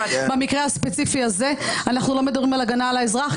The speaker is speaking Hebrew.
במקרה הספציפי הזה אנחנו לא מדברים על הגנה על האזרח,